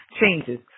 changes